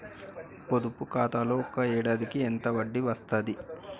పొదుపు ఖాతాలో ఒక ఏడాదికి ఎంత వడ్డీ వస్తది?